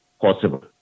possible